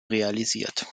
realisiert